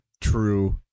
true